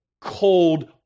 cold